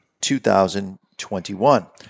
2021